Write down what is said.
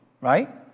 right